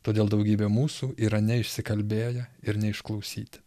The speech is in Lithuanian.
todėl daugybė mūsų yra neišsikalbėję ir neišklausyti